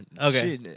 Okay